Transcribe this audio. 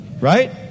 right